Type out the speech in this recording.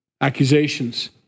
accusations